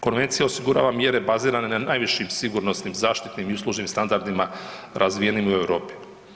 Konvencija osigurava mjere bazirane na najvišim sigurnosnim, zaštitnim i uslužnim standardima razvijenim u Europi.